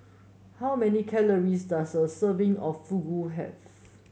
how many calories does a serving of Fugu have